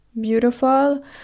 beautiful